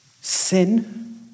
sin